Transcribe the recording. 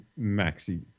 Maxi